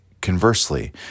Conversely